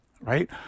Right